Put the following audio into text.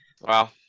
Wow